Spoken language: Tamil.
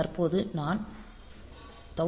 தற்போது நான் 1000 வது இடத்தில் இருக்கிறேன்